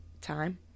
time